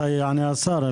מתי יענה השר?